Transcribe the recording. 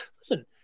listen